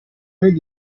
diarra